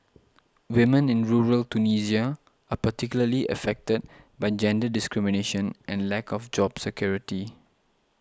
women in rural Tunisia are particularly affected by gender discrimination and lack of job security